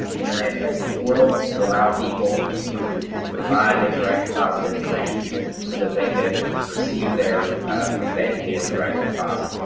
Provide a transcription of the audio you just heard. internet based, portal to allow people to provide to provide their direct deposit information so that they could receive their rebate via direct deposit.